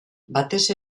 batez